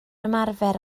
ymarfer